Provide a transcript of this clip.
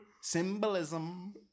Symbolism